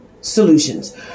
Solutions